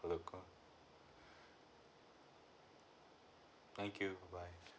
for the call thank you bye bye